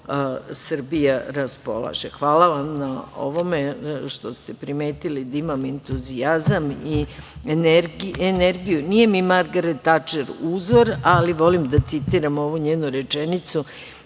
Srbija raspolaže. Hvala vam na ovome što ste primetili da imam entuzijazam i energiju. Nije mi Margaret Tačer uzor, ali volim da citiram ovu njenu rečenicu,